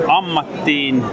ammattiin